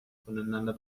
voneinander